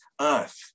earth